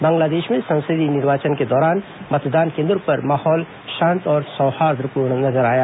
बांग्लादेश में संसदीय निर्वाचन के दौरान मतदान केन्द्रो पर माहौल शांत और सौहार्द्रपूर्ण नजर आया